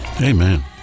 Amen